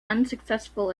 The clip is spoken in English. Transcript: unsuccessful